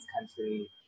country